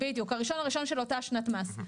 בדיוק, ה-1.1 של אותה שנת מס.